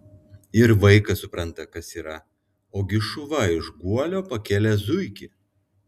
ir vaikas supranta kas yra ogi šuva iš guolio pakėlė zuikį